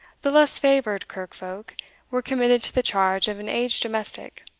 the less-favoured kirk-folk were committed to the charge of an aged domestic.